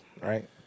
right